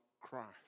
Christ